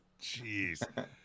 Jeez